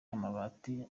amabati